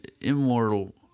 immortal